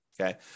okay